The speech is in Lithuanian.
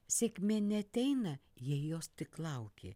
sėkmė neateina jai jos tik lauki